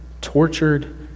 tortured